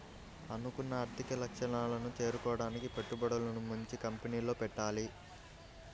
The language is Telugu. అనుకున్న ఆర్థిక లక్ష్యాలను చేరుకోడానికి పెట్టుబడులను మంచి కంపెనీల్లో పెట్టాలి